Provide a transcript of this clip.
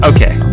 Okay